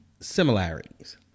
Similarities